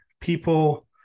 people